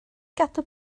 gadw